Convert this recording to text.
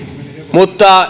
mutta